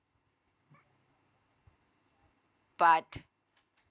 but